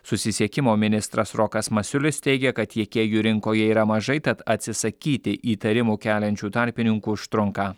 susisiekimo ministras rokas masiulis teigia kad tiekėjų rinkoje yra mažai tad atsisakyti įtarimų keliančių tarpininkų užtrunka